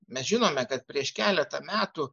mes žinome kad prieš keletą metų